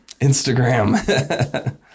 Instagram